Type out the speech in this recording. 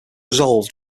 resolved